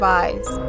eyes